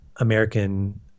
American